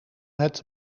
het